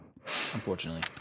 Unfortunately